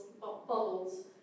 bubbles